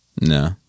No